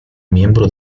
miembro